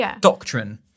doctrine